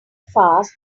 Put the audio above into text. fast